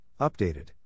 Updated